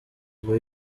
ngo